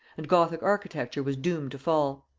and gothic architecture was doomed to fall.